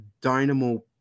Dynamo